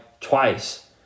twice